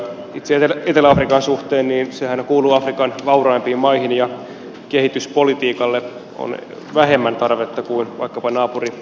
itse etelä afrikan suhteen sehän kuuluu afrikan vauraimpiin maihin ja kehityspolitiikalle on vähemmän tarvetta kuin vaikkapa naapuri tansaniassa